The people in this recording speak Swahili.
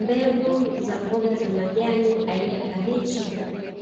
Mbegu za mboga za majani aina ya kabichi,